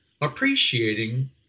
appreciating